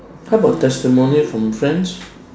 how about testimonial from friends